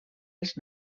els